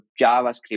javascript